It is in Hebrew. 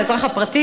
לאזרח הפרטי,